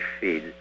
feed